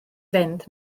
fynd